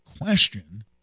question